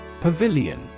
Pavilion